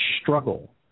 struggle